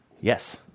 Yes